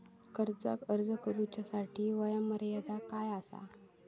कर्जाक अर्ज करुच्यासाठी वयोमर्यादा काय आसा?